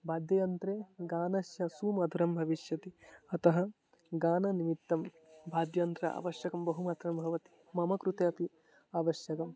वाद्ययन्त्रे गानस्य सुमधुरं भविष्यति अतः गाननिमित्तं वाद्ययन्त्रं आवश्यकं बहुमात्रं भवति मम कृते अपि आवश्यकम्